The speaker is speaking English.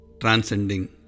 Transcending